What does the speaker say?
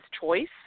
choice